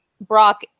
Brock